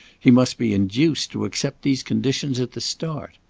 he must be induced to accept these conditions at the start.